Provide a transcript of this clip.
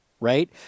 right